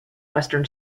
western